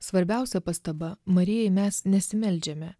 svarbiausia pastaba marijai mes nesimeldžiame